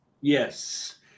yes